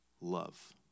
love